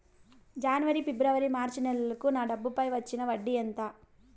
జనవరి, ఫిబ్రవరి, మార్చ్ నెలలకు నా డబ్బుపై వచ్చిన వడ్డీ ఎంత